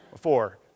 Four